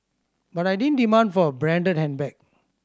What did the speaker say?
but I didn't demand for a branded handbag